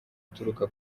uturuka